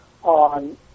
on